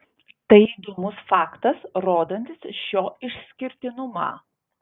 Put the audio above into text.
tai įdomus faktas rodantis šio išskirtinumą